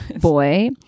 boy